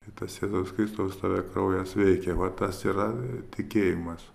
ir tas jėzaus kristaus tada kraujas veikia va tas yra tikėjimas